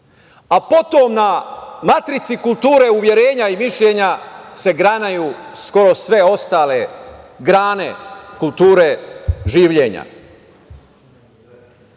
a potom na matrici kulture uverenja i mišljenja se granaju skoro sve ostale grane kulture življenja.